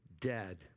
dead